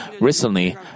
Recently